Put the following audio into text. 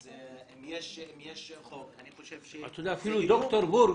אז אם יש חוק אני חושב שזה איום.